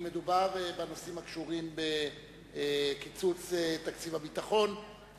אם בנושאים הקשורים בקיצוץ תקציב הביטחון,